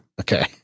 Okay